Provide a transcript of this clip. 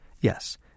Yes